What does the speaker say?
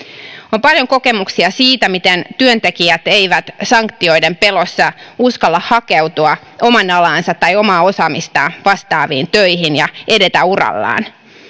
on paljon kokemuksia siitä miten työntekijät eivät sanktioiden pelossa uskalla hakeutua omaa alaansa tai omaa osaamistaan vastaaviin töihin ja edetä urallaan